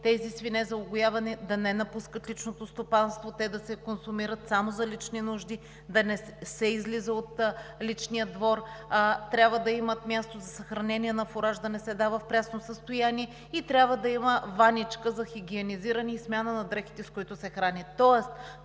тези свине за угояване да не напускат личното стопанство, те да се консумират само за лични нужди, да не се излиза от личния двор, трябва да има място за съхранение на фураж, който да не се дава в прясно състояние, и трябва да има ваничка за хигиенизиране и за смяна на дрехите, с които се хранят.